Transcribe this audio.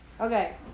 Okay